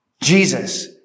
Jesus